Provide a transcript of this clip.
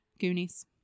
Goonies